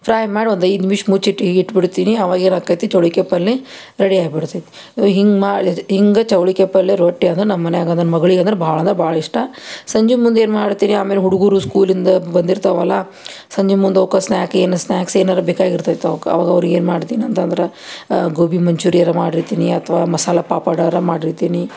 fry ಮಾಡಿ ಒಂದೈದು ನಿಮಿಷ ಮುಚ್ಚಿಟ್ತು ಹೀಗ್ ಇಟ್ಬಿಡ್ತೀನಿ ಆವಾಗ ಏನಾಕ್ತೈತಿ ಚೌಳಿಕಾಯಿ ಪಲ್ಲೆ ರೆಡಿ ಆಗಿಬಿಡ್ತೈತಿ ಹಿಂಗೆ ಮಾ ಹಿಂಗೆ ಚೌಳಿಕಾಯಿ ಪಲ್ಲೆ ರೊಟ್ಟಿ ಅದು ನಮ್ಮ ಮನ್ಯಾಗ ನಮ್ಮ ಮಗ್ಳಿದಂದ್ರೆ ಭಾಳ ಅಂದ್ರೆ ಭಾಳ ಇಷ್ಟ ಸಂಜೆ ಮುಂದೇನು ಮಾಡ್ತೀನಿ ಆಮೇಗ ಹುಡುಗರು ಸ್ಕೂಲಿಂದ ಬಂದಿರ್ತಾವಲ್ಲ ಸಂಜೆ ಮುಂದೆ ಅವಕ್ಕೆ ಸ್ನ್ಯಾಕ್ ಏನು ಸ್ನ್ಯಾಕ್ಸ್ ಏನರೂ ಬೇಕಾಗಿರ್ತೈತೆ ಅವಕ್ಕೆ ಆವಾಗ ಅವ್ರಿಗೇನು ಮಾಡ್ತಿನಂತಂದ್ರೆ ಗೋಬಿ ಮಂಚೂರಿ ಆರ ಮಾಡಿರ್ತೀನಿ ಅಥವಾ ಮಸಾಲೆ ಪಾಪಡರೂ ಮಾಡಿರ್ತೀನಿ